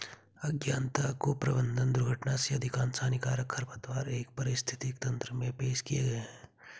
अज्ञानता, कुप्रबंधन, दुर्घटना से अधिकांश हानिकारक खरपतवार एक पारिस्थितिकी तंत्र में पेश किए गए हैं